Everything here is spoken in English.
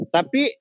Tapi